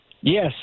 yes